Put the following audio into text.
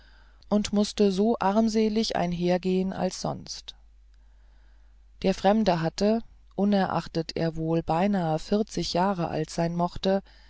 und mußte so armselig einhergehen als sonst der fremde hatte unerachtet er wohl beinahe vierzig jahre alt sein mochte